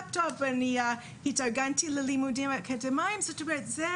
התארגנתי ללימודים אקדמאית, זו